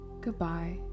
goodbye